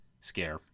scare